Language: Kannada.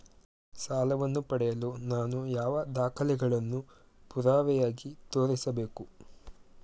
ಸಾಲವನ್ನು ಪಡೆಯಲು ನಾನು ಯಾವ ದಾಖಲೆಗಳನ್ನು ಪುರಾವೆಯಾಗಿ ತೋರಿಸಬೇಕು?